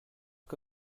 que